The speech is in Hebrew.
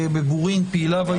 בבורין, פעיליו היו.